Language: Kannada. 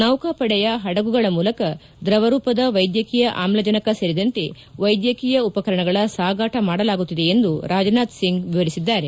ನಾಕಾಪಡೆಯ ಪಡಗುಗಳ ಮೂಲಕ ದ್ರವ ರೂಪದ ವೈದ್ಯಕೀಯ ಆಮ್ಲಜನಕ ಸೇರಿದಂತೆ ವೈದ್ಯಕೀಯ ಉಪಕರಣಗಳ ಸಾಗಾಟ ಮಾಡಲಾಗುತ್ತಿದೆ ಎಂದು ರಾಜನಾಥ್ ಸಿಂಗ್ ವಿವರಿಸಿದ್ದಾರೆ